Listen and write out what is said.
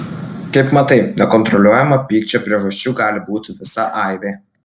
kaip matai nekontroliuojamo pykčio priežasčių gali būti visa aibė